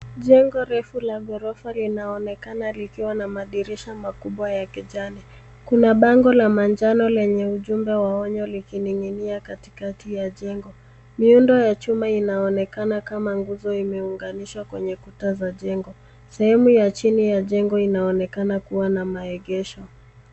Jengo refu la ghorofa linaonekana likiwa na madirisha makubwa ya kijani. Kuna bango la majano lenye ujumbe wa onyo likingi'ngi'nia kati kati ya jengo. Miundo ya chuma inaoonekana kama nguzo imeunganishwa kwenye kuta za jengo. Sehemu ya chini ya jengo inaonekana kuwa na maegesho.